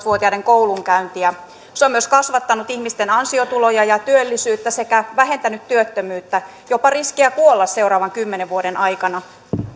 vuotiaiden koulunkäyntiä se on myös kasvattanut ihmisten ansiotuloja ja työllisyyttä sekä vähentänyt työttömyyttä jopa riskiä kuolla seuraavan kymmenen vuoden aikana